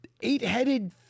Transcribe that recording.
eight-headed